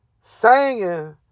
singing